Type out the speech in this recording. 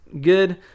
good